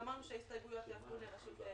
אמרנו שההסתייגויות יהפכו לרשות דיבור.